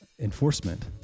enforcement